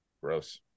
gross